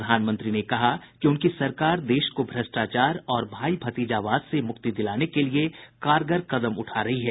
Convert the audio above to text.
प्रधानमंत्री ने कहा कि उनकी सरकार देश को भ्रष्टाचार और भाई भतीजावाद से मुक्ति दिलाने के लिए कारगर कदम उठा रही है